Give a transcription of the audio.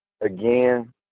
again